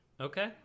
okay